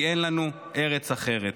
כי אין לנו ארץ אחרת.